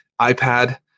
iPad